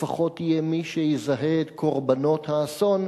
לפחות יהיה מי שיזהה את קורבנות האסון,